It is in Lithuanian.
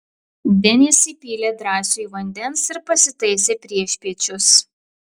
denis įpylė drąsiui vandens ir pasitaisė priešpiečius